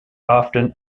often